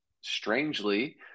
strangely